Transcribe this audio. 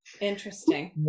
Interesting